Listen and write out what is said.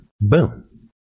Boom